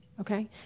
Okay